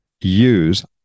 use